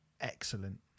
excellent